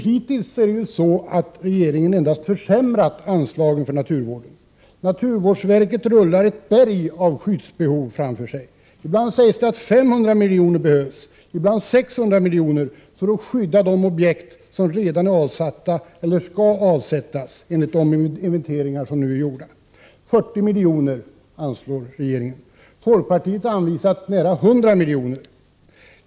Hittills har regeringen endast försämrat anslagen till naturvården. Naturvårdsverket rullar ett berg av skyddsbehov framför sig. Ibland sägs det att 500 miljoner behövs, ibland 600 miljoner, för att skydda de objekt som redan är avsatta eller skall avsättas, enligt de inventeringar som nu är gjorda. 40 miljoner anslår regeringen. Folkpartiet har anvisat nära 100 miljoner.